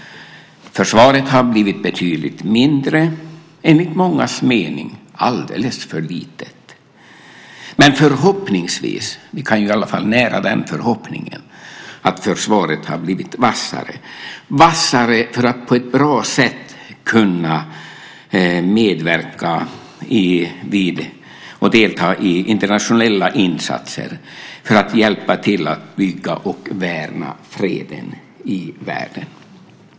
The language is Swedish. Försvaret har blivit betydligt mindre, enligt mångas mening alldeles för litet. Förhoppningsvis - vi kan i alla fall nära den förhoppningen - har försvaret blivit vassare för att på ett bra sätt kunna medverka vid och delta i internationella insatser och hjälpa till att bygga och värna freden i världen.